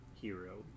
hero